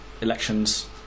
elections